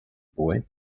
boy